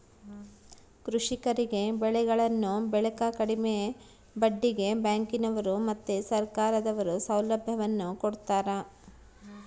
ಕೃಷಿಕರಿಗೆ ಬೆಳೆಗಳನ್ನು ಬೆಳೆಕ ಕಡಿಮೆ ಬಡ್ಡಿಗೆ ಬ್ಯಾಂಕಿನವರು ಮತ್ತೆ ಸರ್ಕಾರದವರು ಸೌಲಭ್ಯವನ್ನು ಕೊಡ್ತಾರ